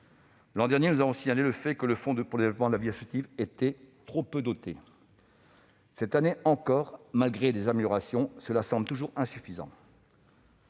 L'an dernier, nous avions signalé que le Fonds pour le développement de la vie associative était trop peu doté. Cette année encore, malgré des améliorations, la dotation semble toujours insuffisante.